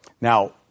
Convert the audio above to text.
Now